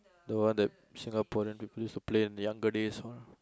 the one that Singaporean we used to play in the younger days all